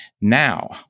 Now